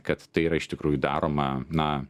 kad tai yra iš tikrųjų daroma na